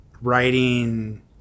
writing